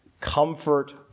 comfort